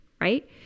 right